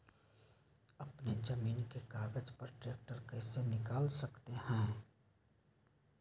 अपने जमीन के कागज पर ट्रैक्टर कैसे निकाल सकते है?